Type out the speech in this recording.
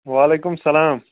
وعلیکُم سَلام